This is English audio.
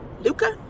Luca